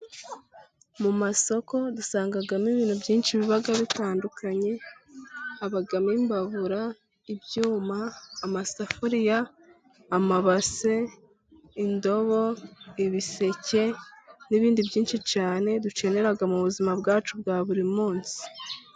Mu masoko dusangamo ibintu byinshi biba bitandukanye habamo: imbabura, ibyuma, amasafuriya, amabase, indobo, ibiseke n'ibindi byinshi cyane dukenera mu buzima bwacu bwa buri munsi.